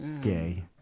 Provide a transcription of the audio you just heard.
gay